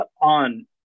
on